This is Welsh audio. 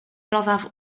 roddaf